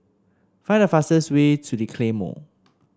find the fastest way to The Claymore